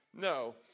No